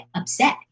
upset